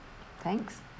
Thanks